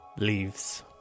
Leaves